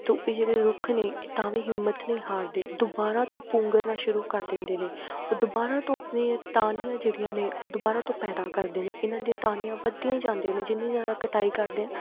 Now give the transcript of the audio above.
ਤੋ ਜਿਹੜੇ ਰੁੱਖ ਨੇ ਇਹ ਤਾਂ ਵੀ ਹਿੰਮਤ ਨਹੀਂ ਹਾਰਦੇ ਦੁਬਾਰਾ ਤੋਂ ਪੁੰਗਰਨਾ ਸ਼ੁਰੂ ਕਰ ਦਿੰਦੇ ਨੇ ਉਹ ਦੁਬਾਰਾ ਤੋਂ ਆਪਣੀਆਂ ਟਾਹਣੀਆਂ ਜਿਹੜੀਆਂ ਨੇ ਉਹ ਦੁਬਾਰਾ ਤੋਂ ਪੈਦਾ ਕਰਦੇ ਨੇ ਇਹਨਾਂ ਦੀਆਂ ਟਾਹਣੀਆਂ ਵੱਧਦੀਆਂ ਹੀ ਜਾਂਦੀਆਂ ਨੇ ਜਿੰਨੀ ਜ਼ਿਆਦਾ ਕਟਾਈ ਕਰਦੇ ਹਾਂ